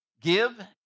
give